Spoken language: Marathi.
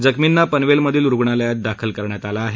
जखमींना पनवेलमधील रूग्णालयात दाखल करण्यात आलं आहे